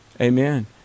Amen